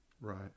Right